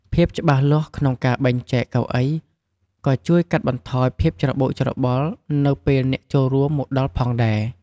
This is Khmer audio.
ភាពច្បាស់លាស់ក្នុងការបែងចែកកៅអី ក៏ជួយកាត់បន្ថយភាពច្របូកច្របល់នៅពេលអ្នកចូលរួមមកដល់ផងដែរ។